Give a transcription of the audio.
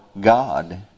God